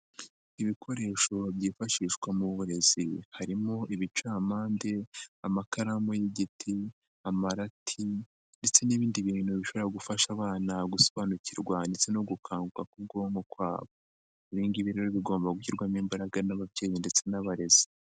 Ibikoresho byifashishwa mu burezi, harimo ibicamande amakaramu y'igiti, amarati ndetse n'ibindi bintu bishobora gufasha abana gusobanukirwa ndetse no gukangu k'ubwonko kwabo. Ibi ngibi rero bigomba gushyirwamo imbaraga n'ababyeyi ndetse n'abarezi.